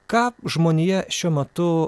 ką žmonija šiuo metu